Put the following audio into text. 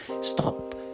Stop